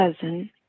cousin